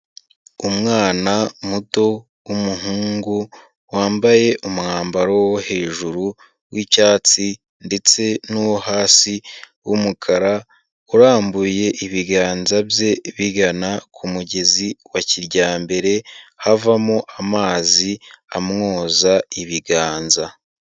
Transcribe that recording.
Umwana muto w'umuhungu wambaye umwambaro wo hejuru w'icyatsi ndetse n'uwo hasi w'umukara, urambuye ibiganza bye bigana ku mugezi wa kijyambere. Havamo amazi amwoza ibiganza.